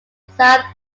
south